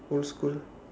old school